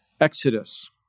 Exodus